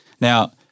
Now